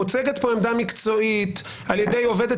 מוצגת כאן עמדה מקצועית על ידי עובדת